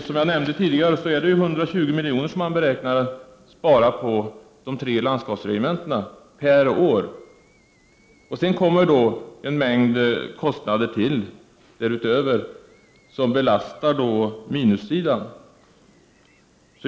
Som jag nämnde tidigare beräknar man att 120 milj.kr. per år skall kunna sparas på de tre landskapsregementena. Därutöver tillkommer en mängd kostnader som belastar minussidan.